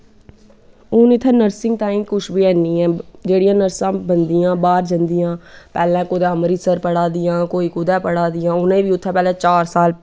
हून इत्थें नर्सिंग तांईं कुश बी हैनी ऐ जेह्ड़ियां नर्सां बनदियां बाह्र जंदियां पैह्लैं कुतै अमरितसर पढ़ा दियां कोई कुदै पढ़ा दियां उनैं बी उत्थैं पैह्लैं चार साल